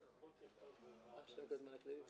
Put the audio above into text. עמדת שרים מדברת אחרת.